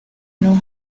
know